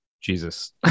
Jesus